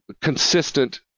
consistent